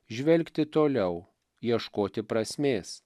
žvelgti toliau ieškoti prasmės